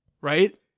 right